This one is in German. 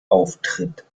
auftritt